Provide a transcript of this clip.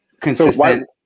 consistent